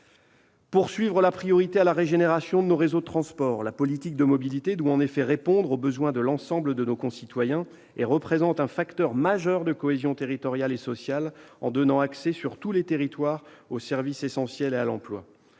priorité accordée à la régénération des réseaux de transport : la politique de mobilité doit répondre aux besoins de l'ensemble de nos concitoyens ; elle représente un facteur majeur de cohésion territoriale et sociale, en donnant accès, sur tous les territoires, aux services essentiels et à l'emploi.